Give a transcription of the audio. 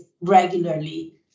regularly